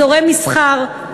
אזורי מסחר,